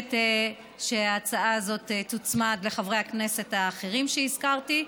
מבקשת שההצעה הזאת תוצמד לאלו של חברי הכנסת האחרים שהזכרתי,